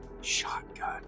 Shotgun